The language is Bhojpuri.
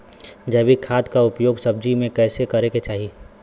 जैविक खाद क उपयोग सब्जी में कैसे करे के चाही?